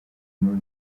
muri